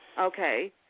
Okay